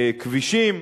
וכבישים.